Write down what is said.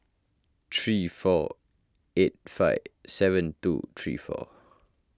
three four eight five seven two three four